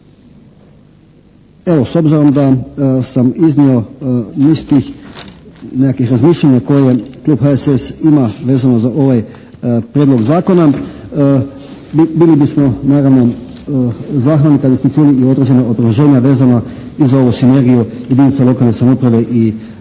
Evo s obzirom da sam iznio niz tih nekakvih razmišljanja koje tu HSS ima vezano za ovaj Prijedlog zakona bili bismo naravno zahvalni kad bismo čuli i određena obrazloženja vezana i za ovu sinergiju jedinica lokalne samouprave i državnih